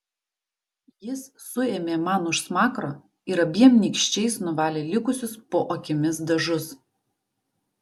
jis suėmė man už smakro ir abiem nykščiais nuvalė likusius po akimis dažus